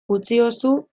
utziozu